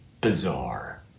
bizarre